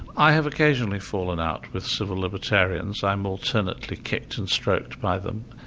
i have occasionally fallen out with civil libertarians. i'm alternately kicked and stroked by them.